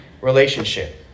relationship